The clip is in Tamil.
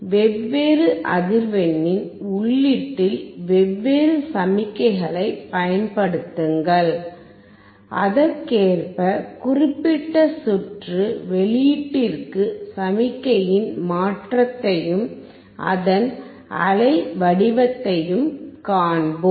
வெவ்வேறு அதிர்வெண்ணின் உள்ளீட்டில் வெவ்வேறு சமிக்ஞைகளைப் பயன்படுத்துங்கள் அதற்கேற்ப குறிப்பிட்ட சுற்று வெளியீட்டிற்கு சமிக்ஞையின் மாற்றத்தையும் அதன் அலைவடிவத்தையும் காண்போம்